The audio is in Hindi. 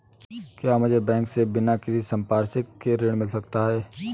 क्या मुझे बैंक से बिना किसी संपार्श्विक के ऋण मिल सकता है?